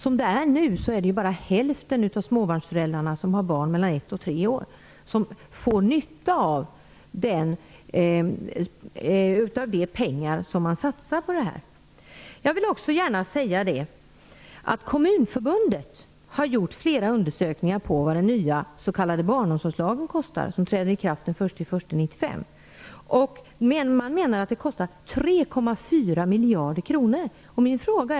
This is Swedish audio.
Som det är nu är det bara hälften av småbarnsföräldrarna som har barn mellan ett och tre år och som får nytta av det här. Jag vill gärna framhålla att Kommunförbundet har gjort flera undersökningar på vad den nya s.k. januari 1995. Man menar att den kostar 3,4 miljarder kronor.